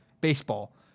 baseball